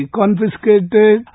confiscated